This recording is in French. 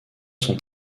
sont